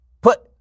put